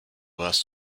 warst